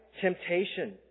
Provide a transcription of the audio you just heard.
temptation